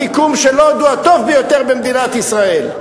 המיקום של לוד הוא הטוב ביותר במדינת ישראל.